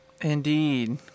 Indeed